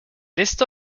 list